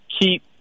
keep